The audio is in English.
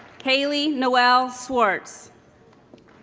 haylee noelle swartz